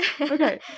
Okay